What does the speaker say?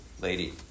lady